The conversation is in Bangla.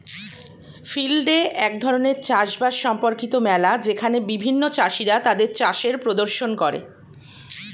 ফিল্ড ডে এক ধরণের চাষ বাস সম্পর্কিত মেলা যেখানে বিভিন্ন চাষীরা তাদের চাষের প্রদর্শন করে